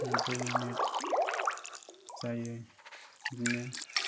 नब्बै मिनिट जायो बिदिनो